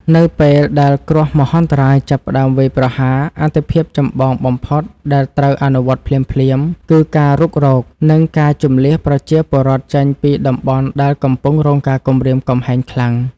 នៅពេលដែលគ្រោះមហន្តរាយចាប់ផ្តើមវាយប្រហារ អាទិភាពចម្បងបំផុតដែលត្រូវអនុវត្តភ្លាមៗ គឺការរុករក និងការជម្លៀសប្រជាពលរដ្ឋចេញពីតំបន់ដែលកំពុងរងការគំរាមកំហែងខ្លាំង។